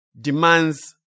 demands